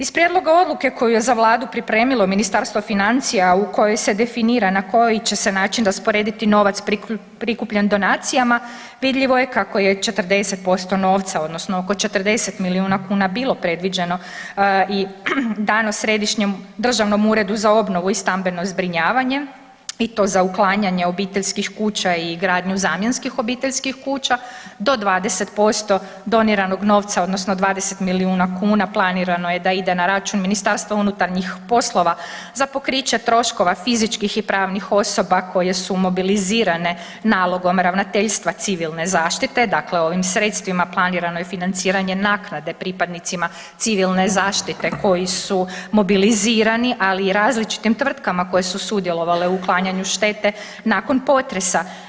Iz prijedloga odluke koju je za Vladu pripremilo Ministarstvo financija, a u kojoj se definira na koji će se način rasporediti novac prikupljen donacijama vidljivo je kako je 40% novca odnosno oko 40 milijuna kuna bilo predviđeno i dano Središnjem državnom uredu za obnovu i stambeno zbrinjavanje i to za uklanjanje obiteljskih kuća i gradnju zamjenskih obiteljskih kuća, do 20% doniranog novca odnosno 20 milijuna kuna planirano je da ide na račun MUP-a za pokriće troškova fizičkih i pravnih osoba koje su mobilizirane nalogom Ravnateljstva Civilne zaštite, dakle ovim sredstvima planirano je financiranje naknade pripadnicima Civilne zaštite koji su mobilizirani, ali i različitim tvrtkama koje su sudjelovale u uklanjanju štete nakon potresa.